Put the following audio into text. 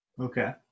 Okay